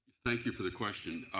thank you for the question.